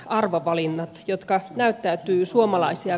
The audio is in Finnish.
arvovalinnat jotka näyttäytyy suomalaisen